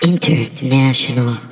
International